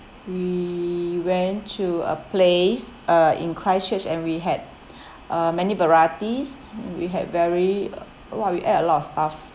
we went to a place uh in christchurch and we had uh many varieties we had very !wah! we ate a lot of stuff